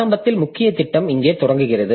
ஆரம்பத்தில் முக்கிய திட்டம் இங்கே தொடங்குகிறது